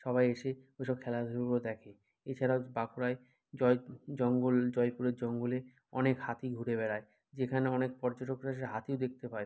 সবাই এসে ওই সব খেলাধুলোগুলো দেখে এছাড়াও বাঁকুড়ার জয় জঙ্গল জয়পুরের জঙ্গলে অনেক হাতি ঘুরে বেড়ায় যেখানে অনেক পর্যটকরা এসে হাতিও দেখতে পায়